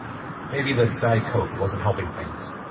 maybe the diet coke wasn't helping things.